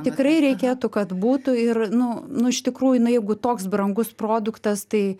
tikrai reikėtų kad būtų ir nu nu iš tikrųjų nu jeigu toks brangus produktas tai